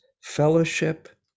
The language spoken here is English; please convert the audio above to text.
fellowship